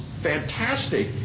fantastic